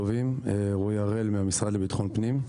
אני מהמשרד לביטחון פנים.